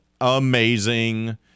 amazing